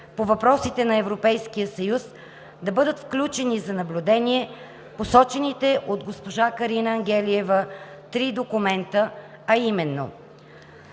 по въпросите на Европейския съюз да бъдат включени за наблюдение посочените от госпожа Карина Ангелиева три документа, а именно: